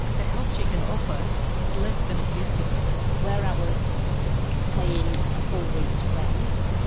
the help she can offer is less than it used to be. where i was paying a full week's rent,